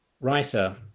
writer